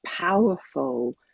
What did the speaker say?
powerful